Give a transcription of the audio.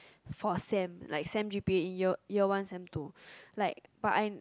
for sem like sem g_p_a year year one sem two but I